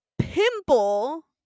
Pimple